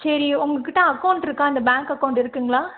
சரி உங்கள்கிட்ட அகௌண்ட் இருக்கா இந்த பேங்க் அகௌண்ட் இருக்குங்களா